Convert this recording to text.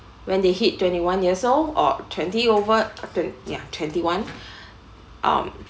when they hit twenty one years old or twenty over tw~ ya twenty one um